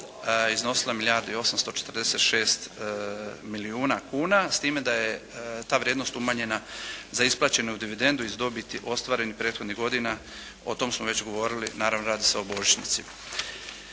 i 846 milijuna kuna, s time da je ta vrijednost umanjena za isplaćenu dividendu iz dobiti ostvarenih prethodnih godina, o tom smo već govorili, naravno radi se o božićnici.